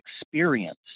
experience